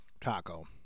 taco